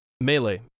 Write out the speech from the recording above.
Melee